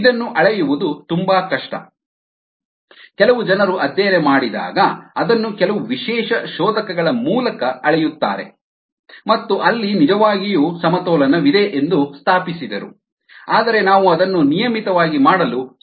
ಇದನ್ನು ಅಳೆಯುವುದು ತುಂಬಾ ಕಷ್ಟ ಕೆಲವು ಜನರು ಅಧ್ಯಯನ ಮಾಡಿದಾಗ ಅದನ್ನು ಕೆಲವು ವಿಶೇಷ ಶೋಧಕಗಳ ಮೂಲಕ ಅಳೆಯುತ್ತಾರೆ ಮತ್ತು ಅಲ್ಲಿ ನಿಜವಾಗಿಯೂ ಸಮತೋಲನವಿದೆ ಎಂದು ಸ್ಥಾಪಿಸಿದರು ಆದರೆ ನಾವು ಅದನ್ನು ನಿಯಮಿತವಾಗಿ ಮಾಡಲು ಸಾಧ್ಯವಿಲ್ಲ